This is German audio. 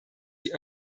die